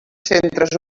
centres